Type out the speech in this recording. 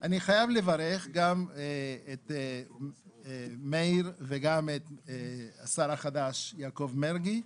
אני חייב לברך גם את מאיר וגם את השר החדש יעקב מרגי.